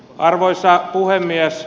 arvoisa puhemies